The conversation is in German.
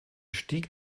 stieg